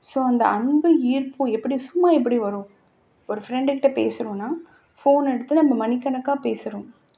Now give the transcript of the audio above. so அந்த அன்பும் ஈர்ப்பும் எப்படி சும்மா எப்படி வரும் ஒரு ஃப்ரெண்டு கிட்டே பேசுறோன்னா ஃபோன் எடுத்து நம்ம மணிக்கணக்காக பேசுகிறோம்